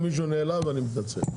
אם מישהו נעלב, אני מתנצל.